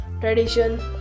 tradition